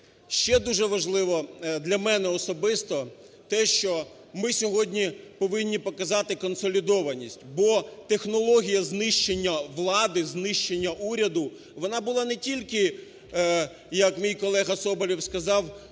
Ще дуже важливо, для мене особисто, те, що ми сьогодні повинні показати консолідованість. Бо технологія знищення влади, знищення уряду, вона була не тільки, як мій колега Соболєв сказав,